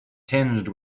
tinged